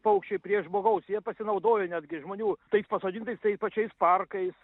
paukščiai prie žmogaus jie pasinaudojo netgi žmonių tais pasodintais tais pačiais parkais